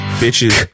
bitches